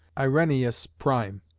irenaeus prime.